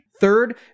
Third